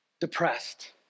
depressed